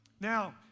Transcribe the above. Now